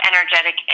energetic